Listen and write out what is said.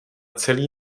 celý